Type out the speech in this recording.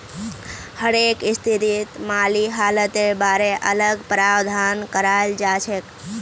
हरेक स्थितित माली हालतेर बारे अलग प्रावधान कराल जाछेक